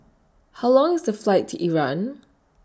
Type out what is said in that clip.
How Long IS The Flight to Iran